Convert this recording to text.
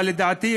אבל לדעתי,